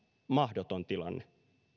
mahdoton tilanne